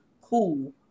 cool